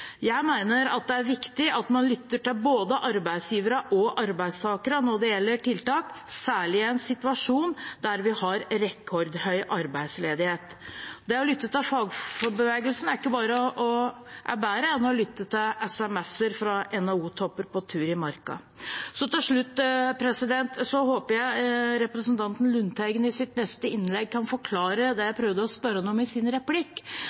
Jeg mener at det er viktig at man lytter til både arbeidsgiverne og arbeidstakerne når det gjelder tiltak, særlig i en situasjon der vi har rekordhøy arbeidsledighet. Det å lytte til fagbevegelsen er bedre enn å lytte til SMS-er fra NHO-topper på tur i marka. Til slutt: Jeg håper representanten Lundteigen i sitt neste innlegg kan forklare det jeg prøvde å spørre ham om i en replikk.